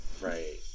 Right